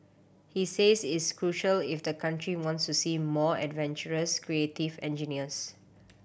he says it's crucial if the country wants to see more adventurous creative engineers